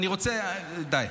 אני רוצה, די,